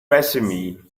resume